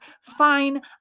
Fine